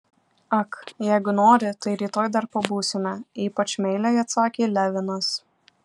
ak jeigu nori tai rytoj dar pabūsime ypač meiliai atsakė levinas